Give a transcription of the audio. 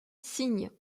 signe